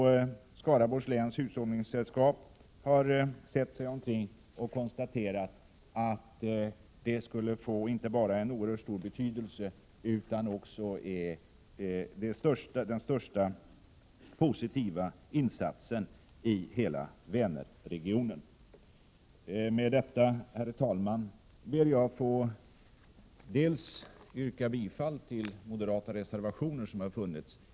Skaraborgs läns hushållningssällskap har sett sig omkring och konstaterat inte bara att projektet har oerhört stor betydelse, utan också att det är den största positiva insatsen i hela Vänerregionen. Med detta, herr talman, ber jag att få yrka bifall till de moderata reservationer som finns.